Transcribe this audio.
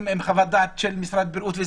עם חוות דעת של משרד הבריאות.